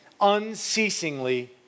unceasingly